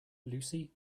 lucy